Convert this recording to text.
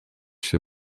się